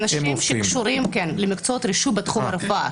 אנשים שקשורים למקצועות רישוי בתחום הרפואה,